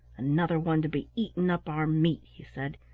another one to be eating up our meat, he said.